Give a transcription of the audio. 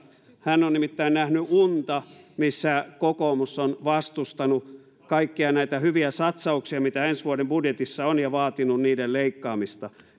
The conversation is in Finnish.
hän on nimittäin nähnyt unta missä kokoomus on vastustanut kaikkia näitä hyviä satsauksia mitä ensi vuoden budjetissa on ja vaatinut niiden leikkaamista